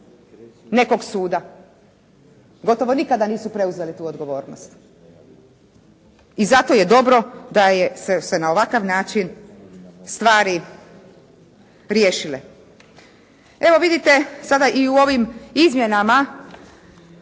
nekog suda. Gotovo nikada nisu preuzeli tu odgovornost. I zato je dobro da su se na ovakav način stvari riješile. Evo vidite sada i u ovim izmjenama